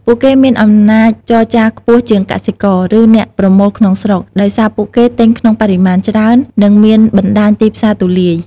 ពួកគេមានអំណាចចរចាខ្ពស់ជាងកសិករ ឬអ្នកប្រមូលក្នុងស្រុក ដោយសារពួកគេទិញក្នុងបរិមាណច្រើន និងមានបណ្តាញទីផ្សារទូលាយ។